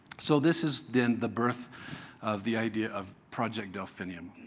so this is then the birth of the idea of project delphinium.